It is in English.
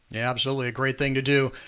yeah absolutely, a great thing to do.